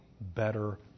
better